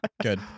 Good